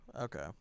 Okay